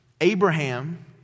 Abraham